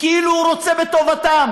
כאילו הוא רוצה בטובתם,